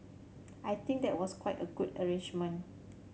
I think that was quite a good arrangement